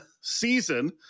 season